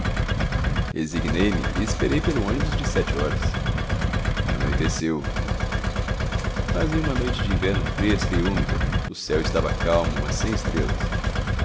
esperei pelo ônibus de sete horas anoiteceu fazia uma noite de inverno fresca e úmida o céu estava calmo mas sem estrelas